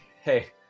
hey